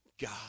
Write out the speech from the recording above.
God